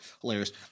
Hilarious